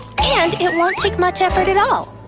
and it won't take much effort at all.